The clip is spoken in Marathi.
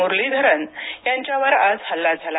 मुरलीधरन यांच्यावर आज हल्ला झाला